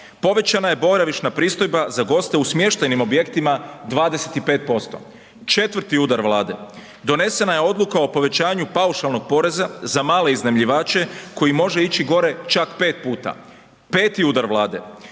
povećana je boravišna pristojba za goste u smještajnim objektima 25%. 4. udar Vlade, donesena je Odluka o povećanju paušalnog poreza za male iznajmljivače koji može ići gore čak 5 puta. 5. udar Vlade,